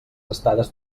estades